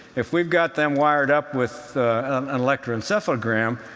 if we've got them wired up with an electroencephalogram,